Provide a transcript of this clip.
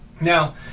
Now